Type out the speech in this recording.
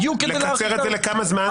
בדיוק כדי --- לקצר את זה לכמה זמן?